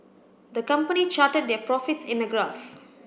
the company charted their profits in a graph